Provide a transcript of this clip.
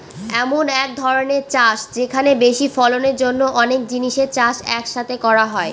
এমন এক ধরনের চাষ যেখানে বেশি ফলনের জন্য অনেক জিনিসের চাষ এক সাথে করা হয়